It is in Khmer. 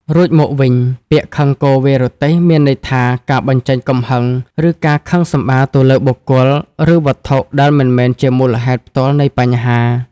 រួមមកវិញ ពាក្យ «ខឹងគោ វាយរទេះ» មានន័យថា ការបញ្ចេញកំហឹង ឬការខឹងសម្បារទៅលើ បុគ្គល ឬវត្ថុដែលមិនមែនជាមូលហេតុផ្ទាល់ នៃបញ្ហា។